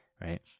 right